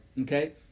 okay